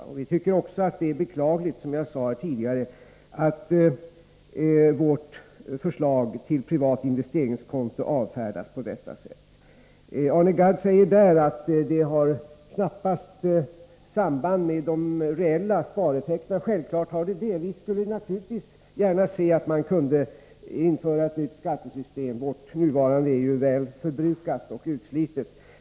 Det är också beklagligt, som jag sade tidigare, att vårt förslag till privat investeringskonto avfärdas på detta sätt. Arne Gadd säger att det knappast har samband med de reella spareffekterna. Men självklart har det ett samband. Vi skulle naturligtvis gärna se att man kunde införa ett nytt skattesystem. Det nuvarande är ju väl förbrukat och utslitet.